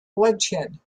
bloodshed